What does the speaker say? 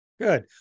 Good